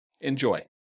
Enjoy